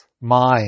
mind